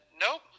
Nope